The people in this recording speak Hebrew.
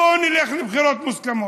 אז בואו נלך לבחירות מוסכמות.